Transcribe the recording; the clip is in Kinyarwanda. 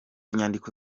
nyandiko